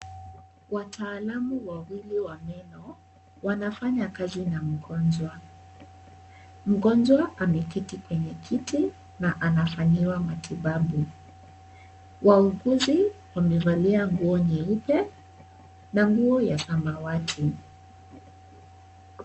Wataalamu wawili wa meno, wanafanya kazi na mgonjwa, mgonjwa ameketi kwenye kiti, na anafanyiwa, matibabu, wauguzi wamevalia nguo nyeupe, na nguo ya samawati.